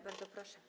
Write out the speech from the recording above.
Bardzo proszę.